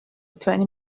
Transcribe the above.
twenty